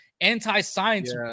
anti-science